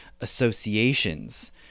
associations